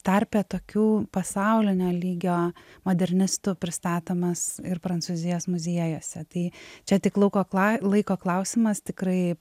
tarpe tokių pasaulinio lygio modernistų pristatomas ir prancūzijos muziejuose tai čia tik lauko kla laiko klausimas tikrai